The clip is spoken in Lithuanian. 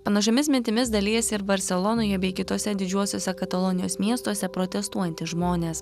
panašiomis mintimis dalijasi ir barselonoje bei kituose didžiuosiuose katalonijos miestuose protestuojantys žmonės